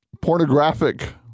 pornographic